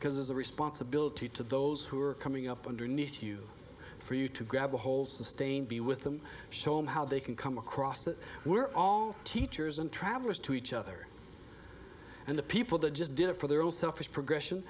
because there's a responsibility to those who are coming up underneath you for you to grab a hold sustain be with them show me how they can come across that we're all teachers and travellers to each other and the people that just did it for their own selfish progression